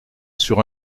sur